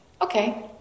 Okay